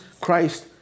Christ